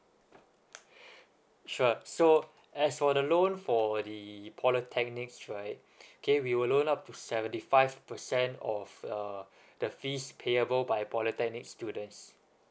sure so as for the loan for the polytechnics right K we'll loan up to seventy five percent of uh the fees payable by polytechnic students